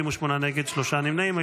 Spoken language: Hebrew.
נגד, שלושה נמנעים.